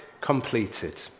completed